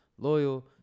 Loyal